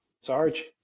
Sarge